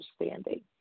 understanding